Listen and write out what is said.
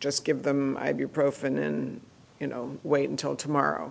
just give them ibuprofen and you know wait until tomorrow